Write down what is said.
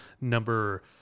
number